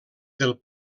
del